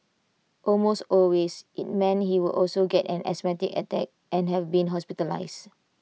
almost always IT meant he would also get an asthmatic attack and have been hospitalised